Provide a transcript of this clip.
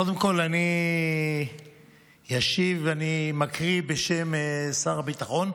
קודם כול, אני מקריא בשם שר הביטחון,